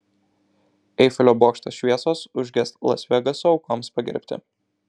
eifelio bokšto šviesos užges las vegaso aukoms pagerbti